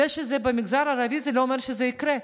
זה שזה במגזר הערבי זה לא אומר שזה יקרה.